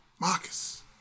marcus